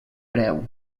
preu